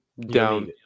Down